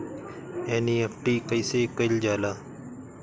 NEFT कइसे कइल जाला?